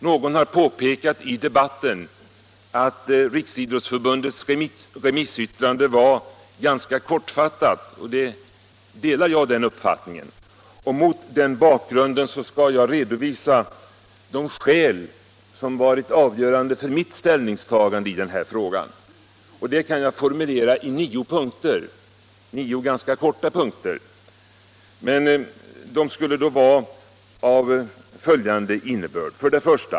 Någon har påpekat i debatten att Riksidrottsförbundets remissyttrande var ganska kortfattat, och jag delar den uppfattningen. Mot den bakgrunden skall jag redovisa de skäl som varit avgörande för mitt ställningstagande i denna fråga. Jag kan formulera dem i nio ganska korta punkter: 1.